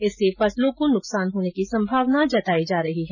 इससे फसलों को नुकसान होने की संभावना जताई जा रही है